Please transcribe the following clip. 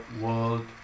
world